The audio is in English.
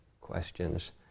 questions